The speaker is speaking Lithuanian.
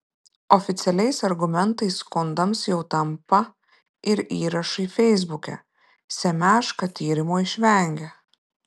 oficialiais argumentais skundams jau tampa ir įrašai feisbuke semeška tyrimo išvengė